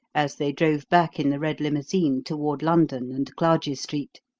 as they drove back in the red limousine toward london and clarges street.